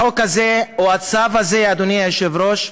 החוק הזה, או הצו הזה, אדוני היושב-ראש,